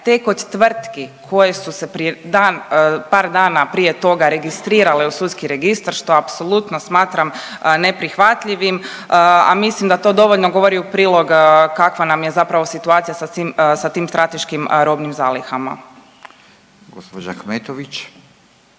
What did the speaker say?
tek od tvrtki koje su se prije dan, par dana prije toga registrirale u sudski registar, što apsolutno smatram neprihvatljivim, a mislim da to dovoljno govori u prilog kakva nam je zapravo situacija sa svim, sa tim strateškim robnim zalihama.